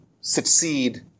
succeed